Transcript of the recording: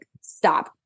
stop